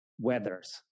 weathers